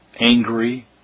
angry